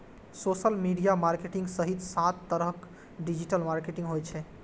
social media marketing सहित सात तरहक डिजिटल मार्केटिंग होइ छै